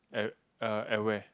at uh at where